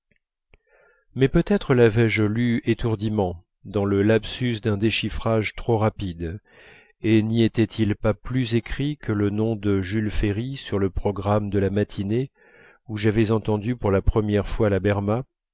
mais peut-être lavais je lu étourdiment dans le lapsus d'un déchiffrage trop rapide et n'y était-il pas plus écrit que le nom de jules ferry sur le programme de la matinée où j'avais entendu pour la première fois la berma